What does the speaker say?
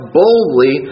boldly